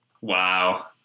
Wow